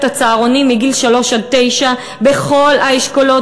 הצהרונים מגיל שלוש עד תשע בכל האשכולות,